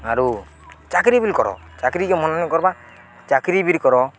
ଆରୁ ଚାକିରି ବିଲ୍ କର ଚାକିିରିକେ ମନା ନି କର୍ବା ଚାକିରି ବି କର